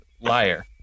liar